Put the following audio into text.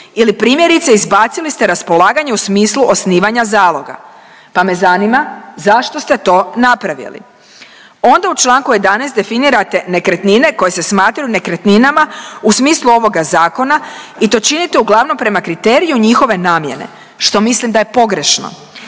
ili primjerice, izbacili ste raspolaganje u smislu osnivanja zaloga pa me zanima, zašto ste to napravili. Onda u čl. 11 definirate nekretnine koje se smatraju nekretninama u smislu ovoga Zakona i to činite uglavnom prema kriteriju njihove namjene, što mislim da je pogrešno.